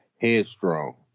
headstrong